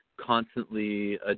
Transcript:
constantly